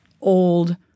old